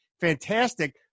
fantastic